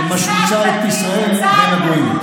שמשמיצה את ישראל בין הגויים.